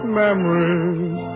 memories